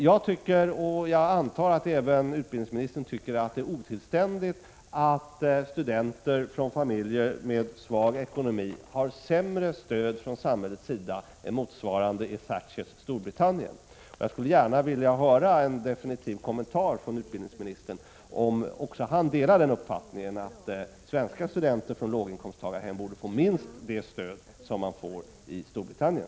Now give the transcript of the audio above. Jag tycker — och jag antar att även utbildningsministern tycker — att det är otillständigt att studenter från familjer med svag ekonomi har sämre stöd från samhällets sida här i Sverige än motsvarande i Thatchers Storbritannien. Jag skulle vilja höra en definitiv kommentar från utbildningsministern, om han delar uppfattningen att svenska studenter från låginkomsttagarhem borde få minst det stöd som man får i Storbritannien.